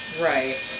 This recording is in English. Right